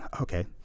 okay